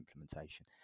implementation